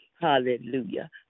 hallelujah